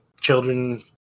children